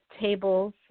tables